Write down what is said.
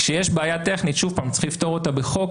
כשיש בעיה טכנית, שוב צריך לפתור אותה בחוק.